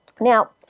Now